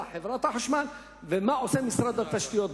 חברת החשמל ומה עושה משרד התשתיות בנושא.